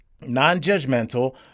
non-judgmental